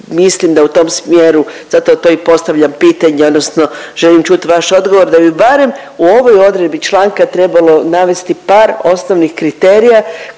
mislim da u tom smjeru zato to i postavljam pitanje odnosno želim čiti vaš odgovor da bi barem u ovoj odredbi članka trebalo navesti par osnovnih kriterija